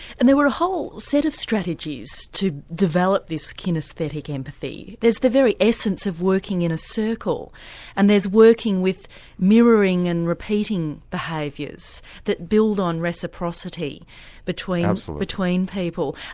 and there were a whole set of strategies to develop this kinaesthetic empathy there's the very essence of working in a circle and there's working with mirroring and repeating behaviours that build on reciprocity between um so between people.